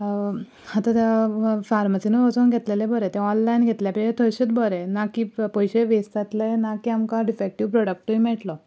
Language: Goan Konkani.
आतां ते फार्मासीनूय वचून घेतलेले बरे तें ऑनलायन घेतल्या पेक्षा थंयसूत बरें ना की पयशेय वेस्ट जातले ना की आमकां डिफेक्टीव प्रोडक्टूय मेळटलो